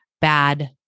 bad